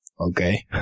okay